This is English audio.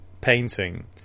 painting